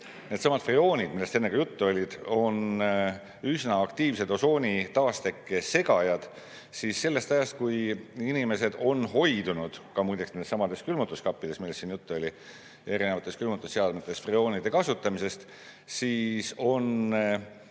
needsamad freoonid, millest enne ka juttu oli, on üsna aktiivsed osooni taastekke segajad, siis sellest ajast, kui inimesed on hoidunud ka muideks nendessamades külmutuskappides, millest siin juttu oli, ja erinevates külmutusseadmetes freoonide kasutamisest, siis on